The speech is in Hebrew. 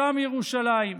שם ירושלים,